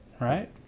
right